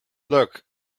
look